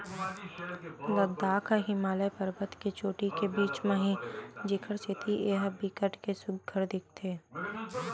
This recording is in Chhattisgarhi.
लद्दाख ह हिमालय परबत के चोटी के बीच म हे जेखर सेती ए ह बिकट के सुग्घर दिखथे